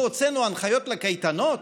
לא הוצאנו הנחיות לקייטנות?